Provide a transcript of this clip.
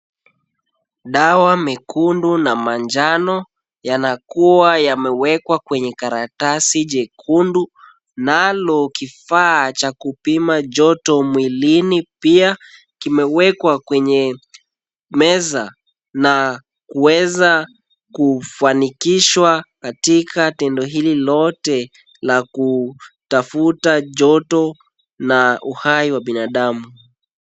Dawa mekundu na manjano yanakua yamewekwa kwenye karatasi chekundu nalo kifaa Cha kupima joto mwilini pia kimewekwa kwenye meza na kuweza kufanikishwa katika tendo hili lote la kutafuta joto na uhai wa binadamu.